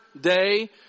day